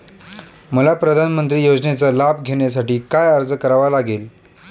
मला प्रधानमंत्री योजनेचा लाभ घेण्यासाठी काय अर्ज करावा लागेल?